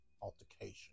altercation